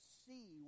see